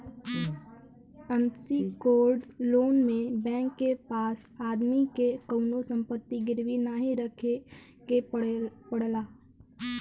unsecured loan में bank के पास आदमी के कउनो संपत्ति गिरवी नाहीं रखे के पड़ला